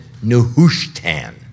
nehushtan